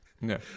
no